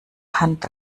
hand